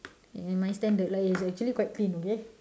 in my standard lah it's actually quite clean okay